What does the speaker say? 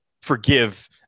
forgive